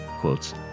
quotes